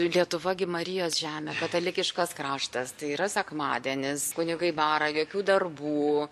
lietuva gi marijos žemė katalikiškas kraštas tai yra sekmadienis kunigai bara jokių darbų